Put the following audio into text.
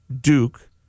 Duke